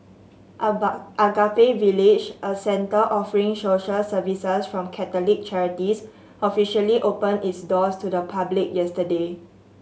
Agape Village a centre offering social services from Catholic charities officially opened its doors to the public yesterday